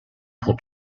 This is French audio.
pour